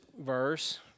verse